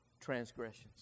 transgressions